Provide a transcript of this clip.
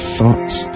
thoughts